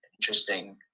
interesting